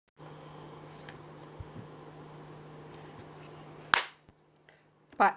part